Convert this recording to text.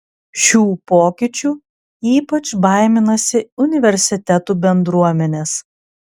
šių pokyčių ypač baiminasi universitetų bendruomenės